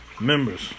members